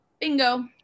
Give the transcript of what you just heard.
Bingo